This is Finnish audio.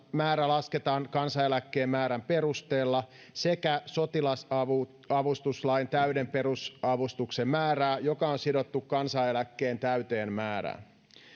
määrä lasketaan kansaneläkkeen määrän perusteella sekä sotilasavustuslain täyden perusavustuksen määrää joka on sidottu kansaneläkkeen täyteen määrään